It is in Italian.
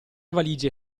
valige